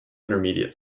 intermediate